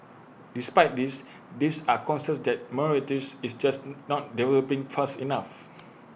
despite this these are concerns that Mauritius is just not developing fast enough